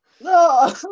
No